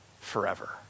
forever